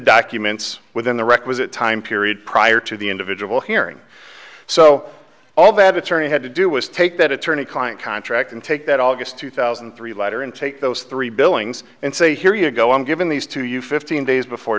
documents within the requisite time period prior to the individual hearing so all that attorney had to do was take that attorney client contract and take that august two thousand and three letter and take those three billings and say here you go i'm giving these to you fifteen days before